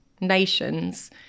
nations